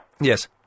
Yes